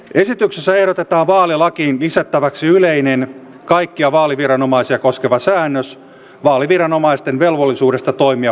esityksessä ehdotetaan vaalilakiin lisättäväksi yleinen kaikkia vaaliviranomaisia koskeva säännös vaaliviranomaisten velvollisuudesta toimia puolueettomasti